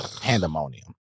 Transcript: Pandemonium